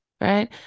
right